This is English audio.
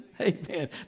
amen